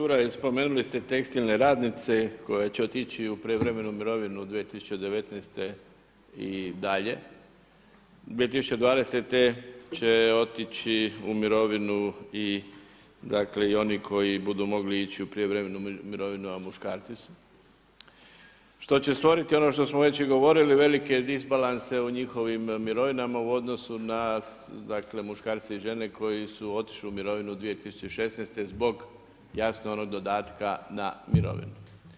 Kolega Čuraj spomenuli ste tekstilne radnice, koji će otići u prijevremenu mirovinu 2019. i dalje, 2020. će otići u mirovinu, dakle i oni koji budu mogli ići u prijevremenu mirovinu a muškarci su, što će stvoriti ono što smo već govoriti, velike disbalanse u njihovim mirovinama u odnosu na, dakle, muškarci i žene koji su otišli u mirovinu 2016. zbog jasno onog dodatka na mirovinu.